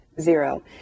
zero